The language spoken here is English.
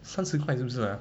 三十块是不是 ah